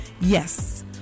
Yes